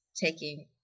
taking